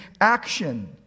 action